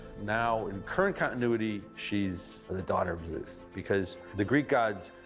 now, in current continuity, she's the the daughter of zeus, because the greek gods,